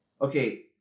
okay